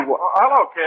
Hello